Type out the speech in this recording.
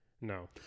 No